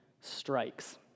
strikes